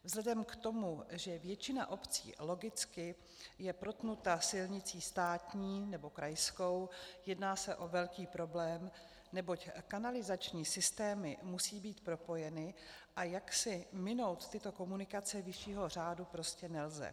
Vzhledem k tomu, že většina obcí logicky je protnuta silnicí státní nebo krajskou, jedná se o velký problém, neboť kanalizační systémy musí být propojeny a jaksi minout tyto komunikace vyššího řádu prostě nelze.